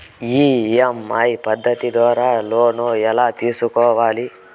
EMI పద్ధతి ద్వారా loan ఎలా తీసుకోవాలి